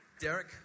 Derek